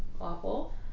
awful